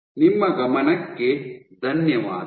ನಿಮ್ಮ ಗಮನಕ್ಕೆ ಧನ್ಯವಾದಗಳು